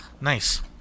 Nice